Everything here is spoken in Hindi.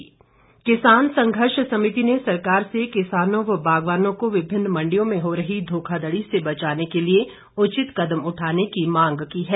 किसान समिति किसान संघर्ष समिति ने सरकार से किसानों व बागवानों को विभिन्न मंडियों में हो रही धोखाधड़ी से बचाने के लिए उचित कदम उठाने की मांग की है